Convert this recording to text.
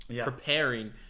preparing